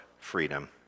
freedom